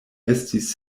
estis